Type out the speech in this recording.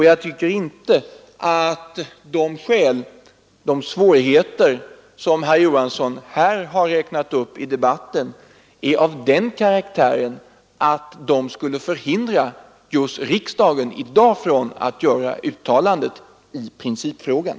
Jag tycker inte att de svårigheter som herr Johansson här i debatten räknat upp är av den karaktären att de skulle förhindra riksdagen från att i dag göra ett uttalande i principfrågan.